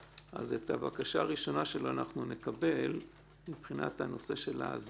את הבקשה הראשונה שלו אנחנו נקבל מבחינת נושא ההסדרה,